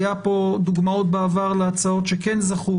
היו פה דוגמאות מהעבר להצעות שכן זכו